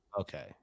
Okay